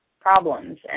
problems